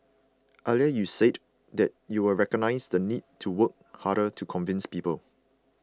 earlier you said that you recognise the need to work harder to convince people